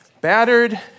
battered